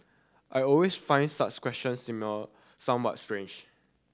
I always find such questions same a somewhat strange